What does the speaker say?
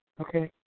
Okay